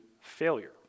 failure